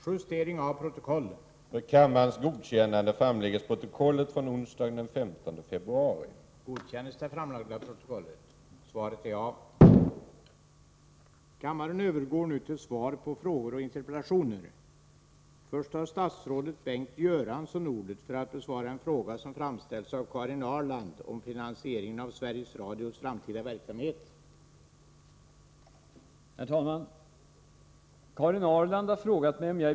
Finansieringen av Sveriges Radios framtida verksamhet framstår som ett allt större problem. Från olika håll har därför framförts tankar på att reklamfinansiering skulle ge ett väsentligt bidrag för att säkerställa ett framtida brett programutbud. Är statsrådet beredd att ge tilläggsdirektiv till massmediekommittén av innebörd att överväga reklamfinansiering för att Sveriges Radio skall kunna tillhandahålla ett brett utbud av program?